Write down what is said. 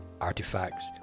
artifacts